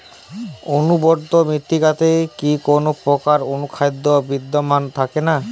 অনুর্বর মৃত্তিকাতে কি কোনো প্রকার অনুখাদ্য বিদ্যমান থাকে না?